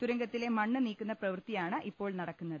തുരങ്കത്തിലെ മണ്ണ് നീക്കുന്ന പ്രവൃത്തിയാണ് ഇപ്പോൾ നടക്കുന്നത്